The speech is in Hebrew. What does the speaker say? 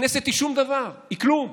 הכנסת היא שום דבר, היא כלום.